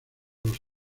los